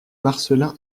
marcelin